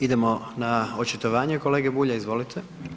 Idemo na očitovanje kolege Bulja, izvolite.